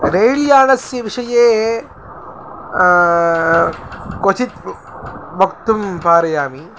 रैलयानस्यविषये क्वचित् वक्तुं पारयामि